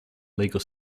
legal